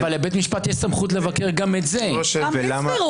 לבית המשפט יש סמכות לבקר גם את זה: מידתיות,